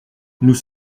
nous